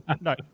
No